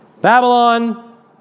Babylon